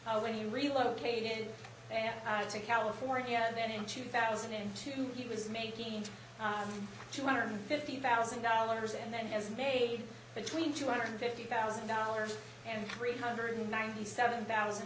when he relocated and i was in california and then in two thousand and two he was making two hundred and fifty thousand dollars and then is made between two hundred and fifty thousand dollars and three hundred and ninety seven thousand